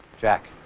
Jack